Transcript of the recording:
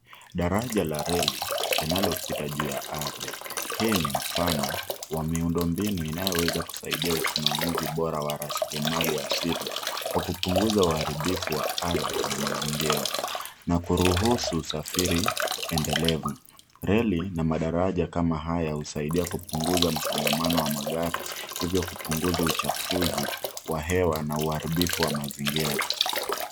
Daraja la reli linalopita juu ya ardhi. Hii ni mfano wa miundombinu inayoweza kusaidia usimamizi bora wa rasilimali aili kupunguza uharibifu wa ardhi na mazingira na kuruhusu usafiri endelevu. Reli na madaraja kama haya husaidia ku hivyo kupunguza uchafuzi wa hewa na uharibifu wa mazingira.